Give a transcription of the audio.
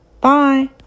Bye